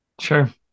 Sure